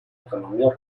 economía